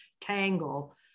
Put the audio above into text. tangle